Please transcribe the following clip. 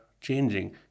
changing